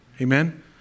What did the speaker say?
amen